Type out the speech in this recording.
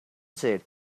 said